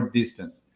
distance